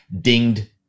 dinged